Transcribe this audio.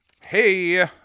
Hey